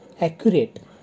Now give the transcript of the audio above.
accurate